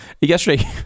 Yesterday